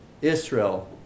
Israel